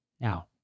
Now